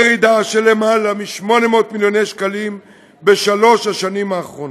ירידה של יותר מ-800 מיליוני שקלים בשלוש השנים האחרונות.